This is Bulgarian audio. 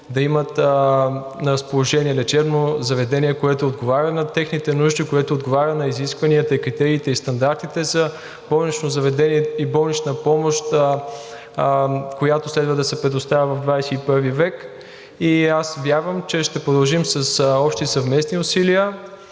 да имат на разположение лечебно заведение, което отговаря на техните нужди, което отговаря на изискванията, критериите и стандартите за болнично заведение и болнична помощ, която следва да се предоставя в XXI век. Аз вярвам, че ще продължим с общи съвместни усилия